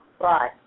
Right